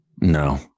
No